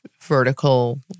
vertical